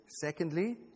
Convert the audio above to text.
Secondly